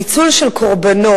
ניצול של קורבנות.